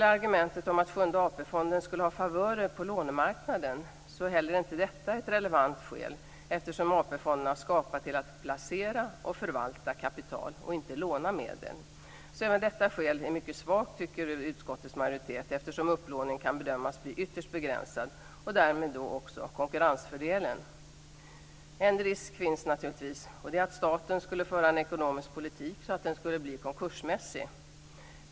Argumentet om att Sjunde AP-fonden skulle ha favörer på lånemarknaden är inte heller detta relevant, eftersom AP-fonden är skapad till att placera och förvalta kapital och inte låna medel. Utskottsmajoriteten anser därför att även detta skäl är mycket svagt, eftersom upplåningen kan bedömas bli ytterst begränsad och därmed också konkurrensfördelen. En risk finns naturligtvis, och det är att staten skulle föra en sådan ekonomisk politik att den skulle bli konkursmässig.